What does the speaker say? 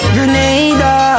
Grenada